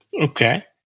Okay